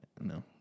no